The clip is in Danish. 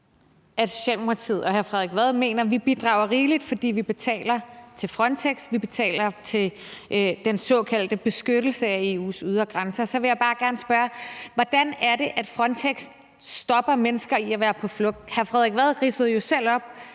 at Socialdemokratiet og hr. Frederik Vad mener, at vi bidrager rigeligt, fordi vi betaler til Frontex og vi betaler til den såkaldte beskyttelse af EU's ydre grænser, så vil jeg bare gerne spørge: Hvordan er det, at Frontex stopper mennesker i at være på flugt? Hr. Frederik Vad ridsede jo selv op,